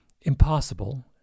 impossible